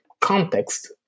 context